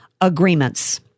agreements